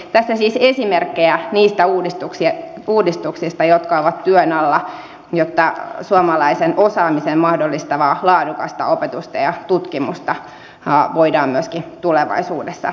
tässä siis esimerkkejä niistä uudistuksista jotka ovat työn alla jotta suomalaisen osaamisen mahdollistavasta laadukkaasta opetuksesta ja tutkimuksesta voidaan myöskin tulevaisuudessa pitää kiinni